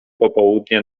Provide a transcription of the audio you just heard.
popołudnie